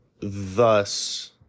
thus